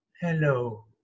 hello